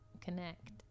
connect